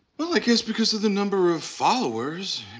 well, i guess because of the number of followers.